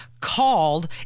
called